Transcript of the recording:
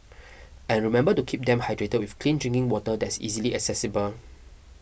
and remember to keep them hydrated with clean drinking water that's easily accessible